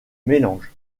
mélange